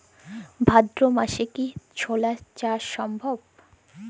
ভাদ্র মাসে কি ছোলা চাষ সম্ভব?